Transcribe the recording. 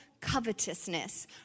covetousness